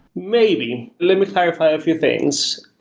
maybe. let me clarify a few things.